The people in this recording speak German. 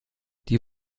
die